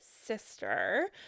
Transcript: sister